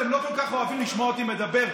אתם לא כל כך אוהבים לשמוע אותי מדבר,